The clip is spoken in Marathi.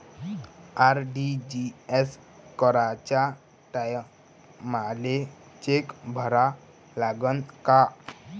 आर.टी.जी.एस कराच्या टायमाले चेक भरा लागन का?